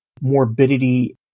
morbidity